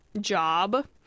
job